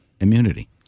immunity